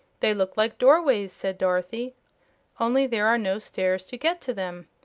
they look like doorways, said dorothy only there are no stairs to get to them.